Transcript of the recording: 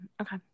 okay